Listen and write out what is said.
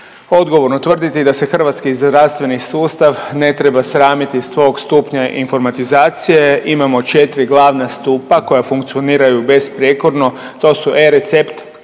odgovorno tvrditi da se hrvatski zdravstveni sustav ne treba sramiti svog stupnja informatizacije, imamo 4 glavna stupa koja funkcioniraju besprijekorno, to su e-recept,